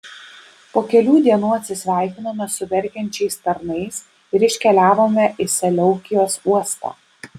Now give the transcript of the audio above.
po kelių dienų atsisveikinome su verkiančiais tarnais ir iškeliavome į seleukijos uostą